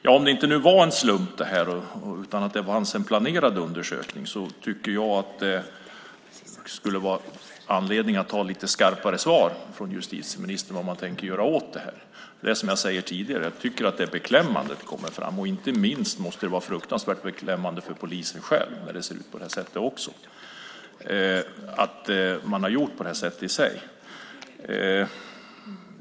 Om det här inte var en slump utan det fanns en planerad undersökning tycker jag att det skulle ge anledning till lite skarpare svar från justitieministern om vad man tänker göra åt det här. Det är som jag sade tidigare: Jag tycker att det är beklämmande att det kommer fram. Inte minst måste det vara fruktansvärt beklämmande för polisen själv när det ser ut på det här sättet och man har gjort så här.